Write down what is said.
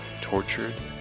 tortured